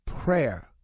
prayer